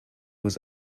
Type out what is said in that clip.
was